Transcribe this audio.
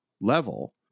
level